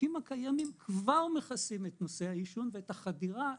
החוקים הקיימים כבר מכסים את נושא העישון ואת החדירה לדירות.